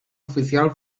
oficial